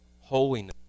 holiness